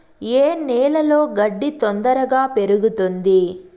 ఏ నేలలో గడ్డి తొందరగా పెరుగుతుంది